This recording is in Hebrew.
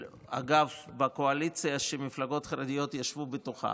אגב, בקואליציה שמפלגות חרדיות ישבו בתוכה,